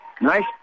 Nice